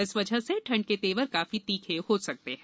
इस वजह से ठंड के तेवर काफी तीखे हो सकते हैं